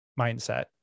mindset